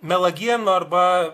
melagienų arba